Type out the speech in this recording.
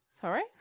sorry